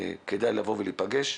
כדאי להיפגש.